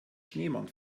schneemann